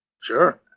sure